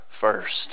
first